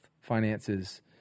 finances